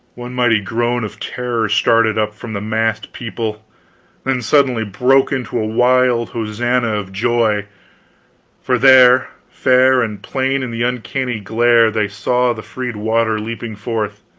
one mighty groan of terror started up from the massed people then suddenly broke into a wild hosannah of joy for there, fair and plain in the uncanny glare, they saw the freed water leaping forth!